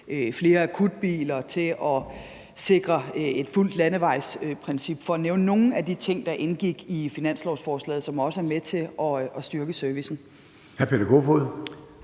flere akutbiler, til at sikre et fuldt landevejsprincip, for at nævne nogle af de ting, der indgik i finanslovsforslaget, og som også er med til at styrke servicen.